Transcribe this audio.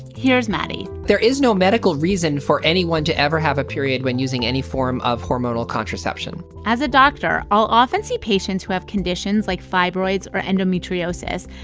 here's maddie there is no medical reason for anyone to ever have a period when using any form of hormonal contraception as a doctor, i'll often see patients who have conditions like fibroids or endometriosis,